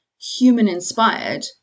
human-inspired